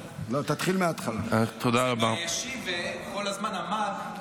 זה מהישיבה, הוא כל הזמן עמד.